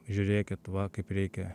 žiūrėkit va kaip reikia